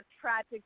tragic